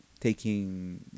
taking